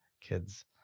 kids